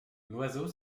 l’oiseau